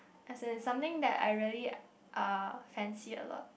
as in is something that I really uh fancy a lot